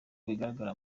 bigaragara